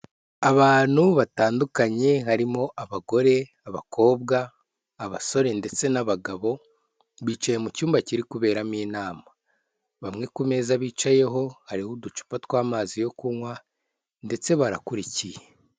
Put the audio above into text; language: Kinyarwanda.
Abantu batandukanye harimo abagore, abakobwa, abasore ndetse n'abagabo bicaye mu cyumba kiri kuberamo inama bamwe ku meza bicayeho hariho uducupa tw'amazi yo kunywa ndetse barakurikiye.